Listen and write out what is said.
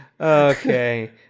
Okay